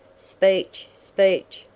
speech! speech!